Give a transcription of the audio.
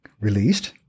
released